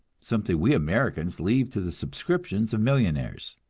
something we americans leave to the subscriptions of millionaires.